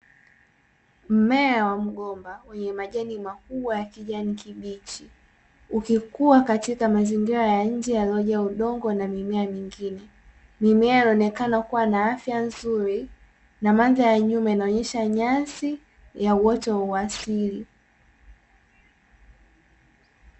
Mmea wa mgomba wenye majani makubwa ya kijani kibichi, ukikua katika mazingira ya nje yaliyojaa udongo na mimea mingine. Mimea inaonekana kuwa na afya nzuri na mandhari ya nyuma inaonyesha nyasi za uoto wa asili.